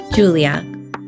Julia